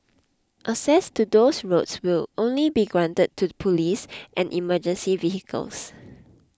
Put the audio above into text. access to those roads will only be granted to police and emergency vehicles